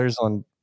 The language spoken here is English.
on